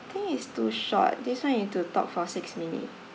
think it's too short this one you'll need to talk for six minutes